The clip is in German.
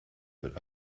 wird